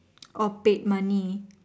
orh paid money